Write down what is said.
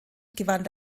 gewann